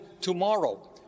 tomorrow